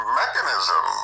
mechanism